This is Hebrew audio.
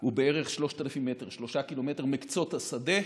הוא בערך 3,000 מטר, 3 ק"מ מקצות השדה.